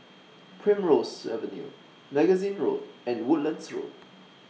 Primrose Avenue Magazine Road and Woodlands Road